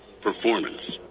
performance